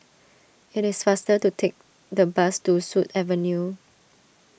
it is faster to take the bus to Sut Avenue